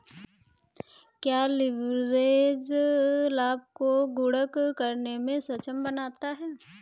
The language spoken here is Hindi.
क्या लिवरेज लाभ को गुणक करने में सक्षम बनाता है?